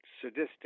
sadistic